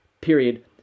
period